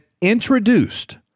introduced